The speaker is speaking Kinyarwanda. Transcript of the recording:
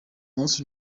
munsi